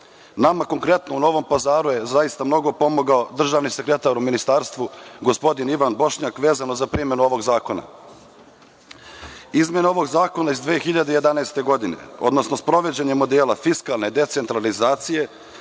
konkretno u Novom Pazaru je zaista mnogo pomogao državni sekretar u ministarstvu gospodin Ivan Bošnjak vezano za primenu ovog zakona. Izmene ovog zakona iz 2011. godine, odnosno sprovođenje modele fiskalne decentralizacije,